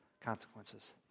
consequences